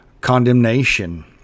condemnation